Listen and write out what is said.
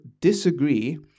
disagree